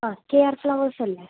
ആ K R flowers അല്ലെ